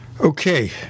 Okay